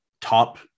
top